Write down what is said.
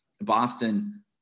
Boston